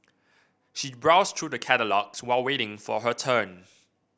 she browsed through the catalogues while waiting for her turn